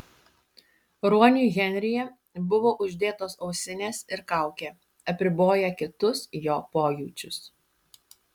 ruoniui henryje buvo uždėtos ausinės ir kaukė apriboję kitus jo pojūčius